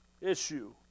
issue